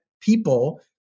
people